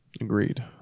agreed